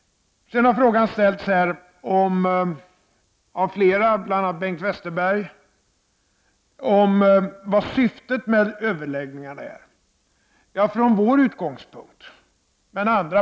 Sedan ställdes frågan av bl.a. Bengt Westerberg om vad syftet med över läggningarna är.